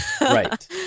Right